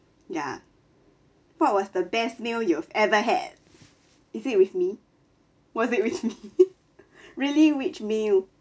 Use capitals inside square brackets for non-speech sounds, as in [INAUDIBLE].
ya what was the best meal you've ever had is it with me was it with me [LAUGHS] really which meal